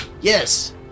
Yes